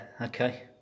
okay